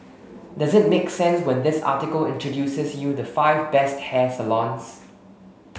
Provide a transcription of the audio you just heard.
does it make sense when this article introduces you the five best hair salons